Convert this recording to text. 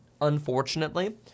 unfortunately